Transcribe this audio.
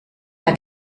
hat